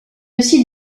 aussi